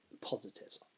positives